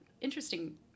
Interesting